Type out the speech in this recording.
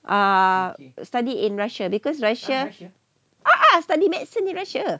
err study in russia because russia uh uh study medicine in russia